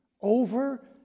over